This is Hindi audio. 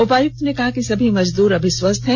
उपायुक्त ने कहा कि सभी मजदूर अभी स्वस्थ हैं